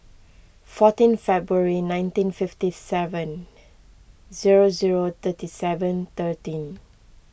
fourteen February nineteen fifty seven zero zero thirty seven thirteen